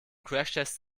crashtest